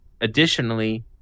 Additionally